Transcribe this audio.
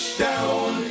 down